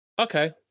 Okay